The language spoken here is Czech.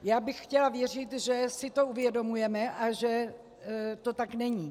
Já bych chtěla věřit, že si to uvědomujeme a že to tak není.